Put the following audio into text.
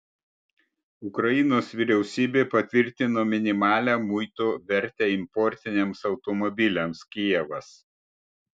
ukrainos vyriausybė patvirtino minimalią muito vertę importiniams automobiliams kijevas